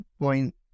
point